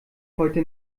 heute